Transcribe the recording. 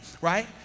right